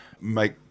make